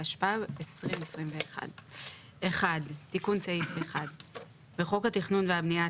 התשפ"ב-2021 תיקון סעיף 1 1. בחוק התכנון והבנייה,